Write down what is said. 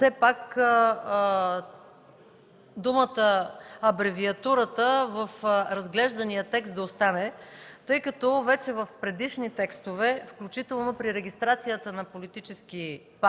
все пак думата „абревиатурата” в разглеждания текст да остане, защото в предишни текстове, включително при регистрацията на политически партии